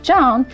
John